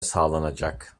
sağlanacak